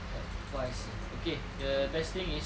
advice eh okay the best thing is